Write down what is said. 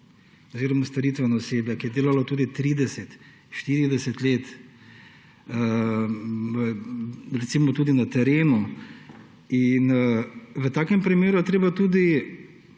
oziroma storitveno osebje, ki je delalo tudi 30, 40 let, recimo tudi na terenu. V takem primeru je treba tudi